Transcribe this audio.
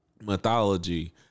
mythology